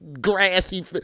grassy